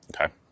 okay